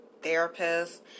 therapists